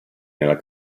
nella